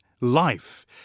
life